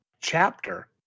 chapter